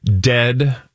dead